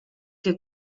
que